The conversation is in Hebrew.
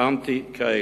אנטי כאלה.